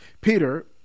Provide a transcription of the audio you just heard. Peter